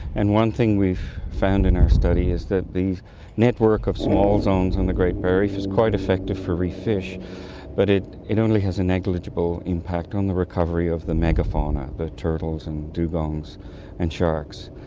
and one thing we've found in our study is that the network of small zones in the great barrier reef is quite effective for reef fish but it it only has a negligible impact on the recovery of the mega fauna, the turtles and dugongs and sharks,